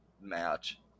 match